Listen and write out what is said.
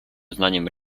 uznaniem